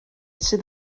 sydd